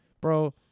bro